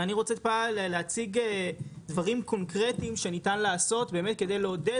ואני רוצה להציג דברים קונקרטיים שניתן לעשות באמת כדי לעודד